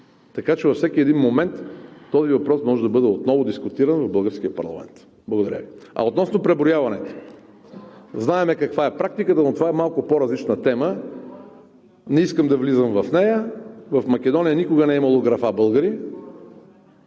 така че във всеки един момент той може да бъде отново дискутиран в българския парламент. А относно преброяването – знаем каква е практиката, но това е малко по-различна тема, не искам да влизам в нея. В Македония никога не е имало графа „българин“